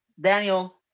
Daniel